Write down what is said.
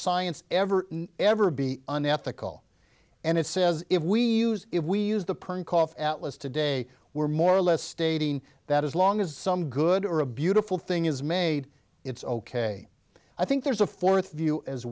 science ever ever be unethical and it says if we use if we use the perkoff atlas today we're more or less stating that as long as some good or a beautiful thing is made it's ok i think there's a fourth view as